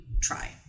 try